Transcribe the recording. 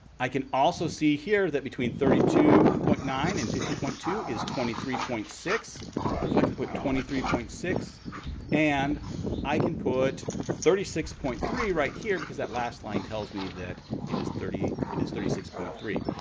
i can also see here that between thirty two point nine and forty point two is twenty three point six so i can put twenty three point six and i can put thirty six point three right here because that last line tells me that it is thirty it is thirty six point three.